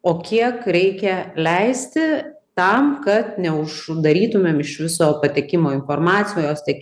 o kiek reikia leisti tam kad neuždarytumėm iš viso patekimo informacijos tekėjimo